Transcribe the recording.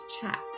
chat